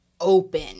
open